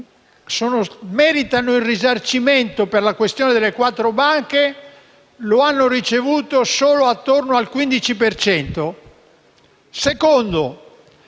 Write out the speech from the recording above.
meritano il risarcimento per la questione delle quattro banche lo hanno ricevuto solo attorno al 15 per